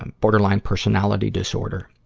and borderline personality disorder.